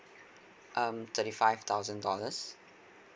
um thirty five thousand dollars